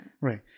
Right